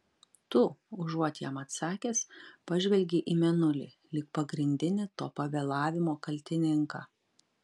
tu užuot jam atsakęs pažvelgei į mėnulį lyg pagrindinį to pavėlavimo kaltininką